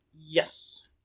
Yes